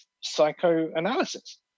psychoanalysis